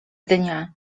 dnia